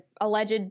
alleged